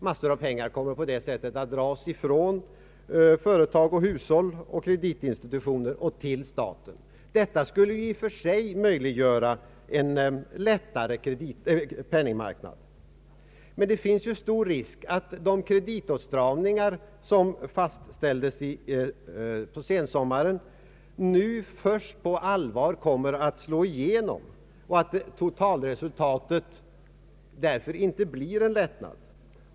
Massor av pengar kommer på det sättet att dras ifrån företag, hushåll och kreditinstitutioner till staten. Detta skulle ju i och för sig möjliggöra en lättare penningmarknad. Men det finns stor risk att de kreditåtstramningar som fastställdes på sensommaren nu först på allvar kommer att slå igenom och att totalresultatet därför inte blir en lättnad.